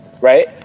right